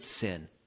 sin